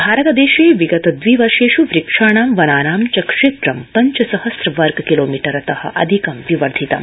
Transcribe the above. जावड़ेकर भारतदेशे विगत दवि वर्षेष् वक्षाणां वनानां च क्षेत्रं पञ्च सहस्र वर्ग किलोमीटरतः अधिकं विवर्धितम्